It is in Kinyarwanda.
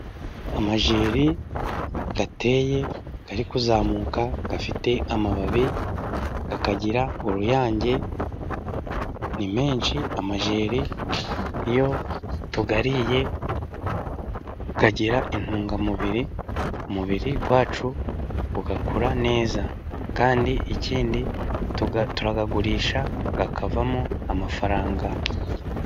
Amajeri ateye ari kuzamuka afite amababi akagira uruyange, ni menshi. Amajeri iyo tuyariye agira intungamubiri, umubiri wacu ugakura neza. Kandi ikindi turayagurisha hakavamo amafaranga.